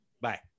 Bye